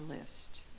list